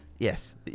Yes